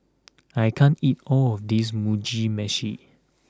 I can't eat all of this Mugi Meshi